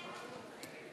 ההצעה